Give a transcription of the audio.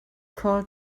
called